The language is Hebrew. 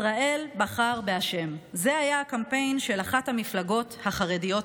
ישראל בחר בה' זה היה הקמפיין של אחת המפלגות החרדיות בבחירות.